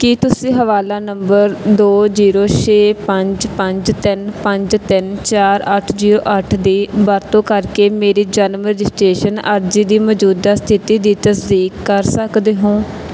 ਕੀ ਤੁਸੀਂ ਹਵਾਲਾ ਨੰਬਰ ਦੋ ਜੀਰੋ ਛੇ ਪੰਜ ਪੰਜ ਤਿੰਨ ਪੰਜ ਤਿੰਨ ਚਾਰ ਅੱਠ ਜੀਰੋ ਅੱਠ ਦੀ ਵਰਤੋਂ ਕਰਕੇ ਮੇਰੀ ਜਨਮ ਰਜਿਸਟ੍ਰੇਸ਼ਨ ਅਰਜ਼ੀ ਦੀ ਮੌਜੂਦਾ ਸਥਿਤੀ ਦੀ ਤਸਦੀਕ ਕਰ ਸਕਦੇ ਹੋ